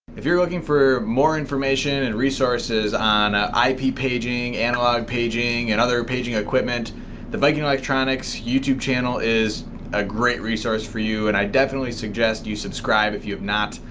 if you're looking for more information and resources on ip paging, analog paging and other paging equipment the viking electronics youtube channel is a great resource for you and i definitely suggest you subscribe if you have not.